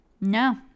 no